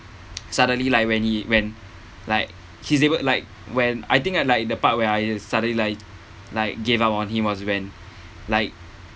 suddenly like when he when like he's able like when I think I like the part where I suddenly like like gave up on him was when like